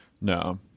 No